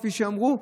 כפי שאמרו,